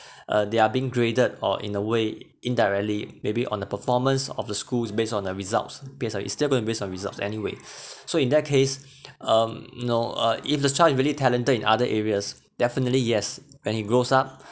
uh they are being graded or in a way indirectly maybe on the performance of the schools based on the results based on it still have to base on results anyway so in that case um you know uh if the child is really talented in other areas definitely yes when he grows up